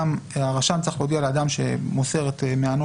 הרשם צריך להודיע לאדם שמוסר את מענו